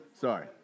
Sorry